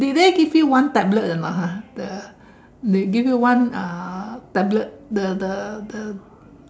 did they give you tablet or not ha the they give you one uh tablet the the the